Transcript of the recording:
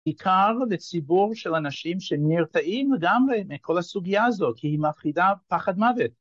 עיקר לציבור של אנשים שהם נרתעים לגמרי מכל הסוגיה הזאת, כי היא מאפחידה פחד מוות.